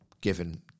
given